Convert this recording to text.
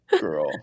girl